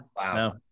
Wow